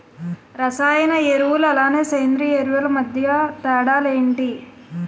రసాయన ఎరువులు అలానే సేంద్రీయ ఎరువులు మధ్య తేడాలు ఏంటి?